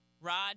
Rod